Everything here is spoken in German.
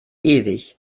ewig